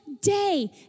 day